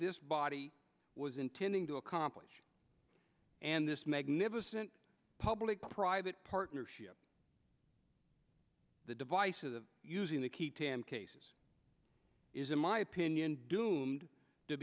this body was intending to accomplish and this magnificent public private partnership the device of using the key ten cases is in my opinion doomed to